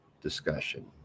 discussion